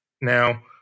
Now